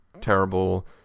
terrible